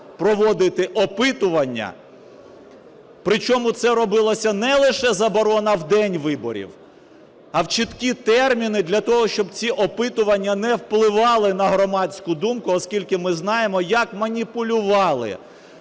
проводити опитування. Причому це робилося не лише заборона в день виборів, а в чіткі терміни для того, щоб ці опитування не впливали на громадську думку, оскільки ми знаємо, як маніпулювали